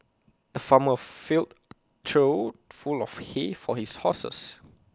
the farmer filled trough full of hay for his horses